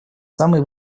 самый